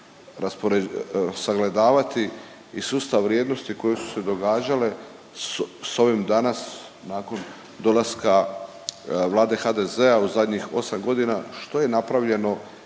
sagledavati i sustav vrijednosti koje su se događale sa ovim danas nakon dolaska Vlade HDZ-a u zadnjih 8 godina što je napravljeno,